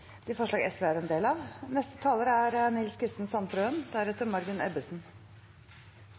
de forslagene SV er en del av. Det er